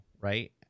right